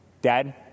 Dad